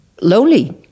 lonely